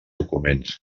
documents